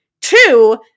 Two